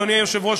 אדוני היושב-ראש,